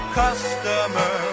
customer